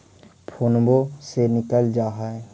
फोनवो से निकल जा है?